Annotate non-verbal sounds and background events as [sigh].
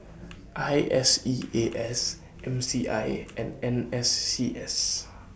[noise] I S E A S M C I A and N S C S